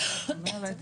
מה שאת אומרת,